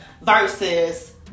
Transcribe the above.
Versus